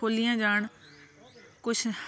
ਖੋਲ੍ਹੀਆਂ ਜਾਣ ਕੁਛ